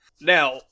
Now